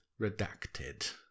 Redacted